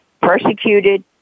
persecuted